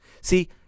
See